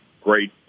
great